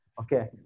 Okay